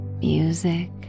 music